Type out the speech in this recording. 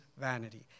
vanity